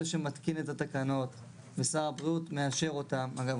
שמתקין את התקנות ושר הבריאות מאשר אותן אגב,